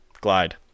Glide